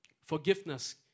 Forgiveness